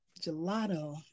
gelato